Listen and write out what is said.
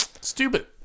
Stupid